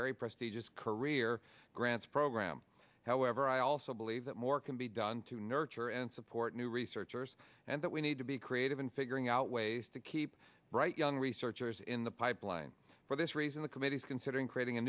very prestigious career grants program however i also believe that more can be done to nurture and support new researchers and that we need to be creative in figuring out ways to keep bright young researchers in the pipeline for this reason the committee is considering creating a